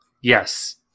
Yes